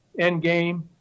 endgame